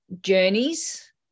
journeys